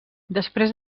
després